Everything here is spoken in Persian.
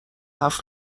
حرف